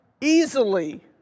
easily